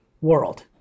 world